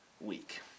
week